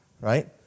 right